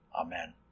Amen